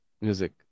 music